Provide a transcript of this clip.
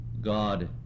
God